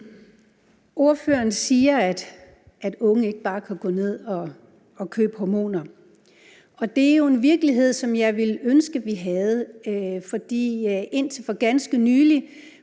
Ordføreren siger, at unge ikke bare kan gå ned at købe hormoner, og det er jo en virkelighed, som jeg ville ønske vi havde, for indtil for ganske nylig